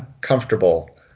comfortable